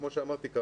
כמו שאמרתי,